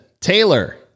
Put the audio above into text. Taylor